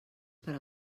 per